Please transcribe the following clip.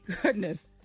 Goodness